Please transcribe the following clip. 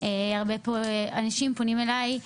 הרבה אנשים פונים אליי.